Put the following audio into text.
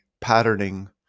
patterning